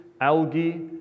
algae